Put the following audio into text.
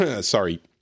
sorry